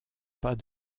pas